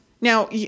now